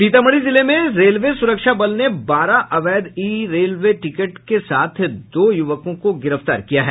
सीतामढ़ी जिले में रेलवे सुरक्षा बल ने बारह अवैध ई रेलवे टिकट के साथ दो युवकों को गिरफ्तार किया है